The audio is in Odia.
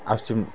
ଆସୁଛି